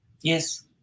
Yes